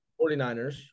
49ers